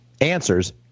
answers